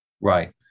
Right